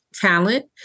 talent